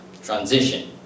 Transition